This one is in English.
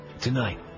Tonight